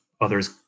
others